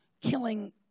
killing